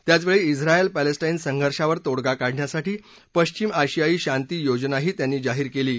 त्याचवेळी झाएल पॅलेस्टाईन संघर्षावर तोडगा काढण्यासाठी पश्चिम आशियाई शांती योजनाही त्यांनी जाहीर केली आहे